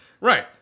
Right